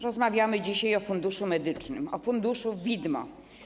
Rozmawiamy dzisiaj o Funduszu Medycznym, o funduszu widmo.